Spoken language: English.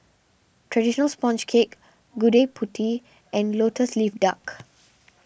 Traditional Sponge Cake Gudeg Putih and Lotus Leaf Luck